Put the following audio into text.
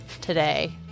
today